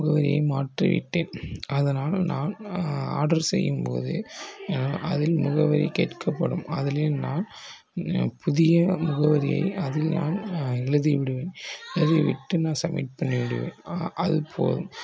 ஊரை மாற்றி விட்டேன் அதனால் நான் ஆர்ட்ரு செய்யும் போது அதில் முகவரி கேட்கப்படும் அதில் நான் புதிய முகவரியை அதில் நான் எழுதி விடுவேன் எழுதி விட்டு நான் சமிட் பண்ணிவிடுவேன் அது போதும்